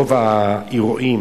רוב האירועים